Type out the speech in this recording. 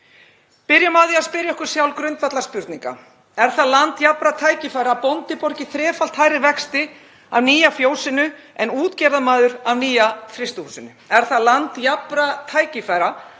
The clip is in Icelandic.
Byrjum á því að spyrja okkur sjálf grundvallarspurninga: Er það land jafnra tækifæra að bóndi borgi þrefalt hærri vexti af nýja fjósinu en útgerðarmaður af nýja frystihúsinu? Er það land jafnra tækifæra